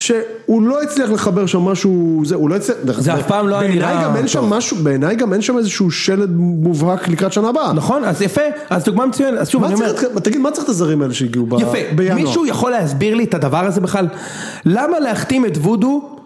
שהוא לא הצליח לחבר שם משהו זה, הוא לא הצליח, זה אף פעם לא, בעיניי גם אין שם משהו, בעיניי גם אין שם איזה שהוא שלד מובהק לקראת שנה הבאה, נכון, אז יפה, אז דוגמה מצוינת, תגיד מה צריך את הזרים האלה שהגיעו בינואר, יפה, מישהו יכול להסביר לי את הדבר הזה בכלל, למה להחתים את וודו?